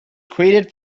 created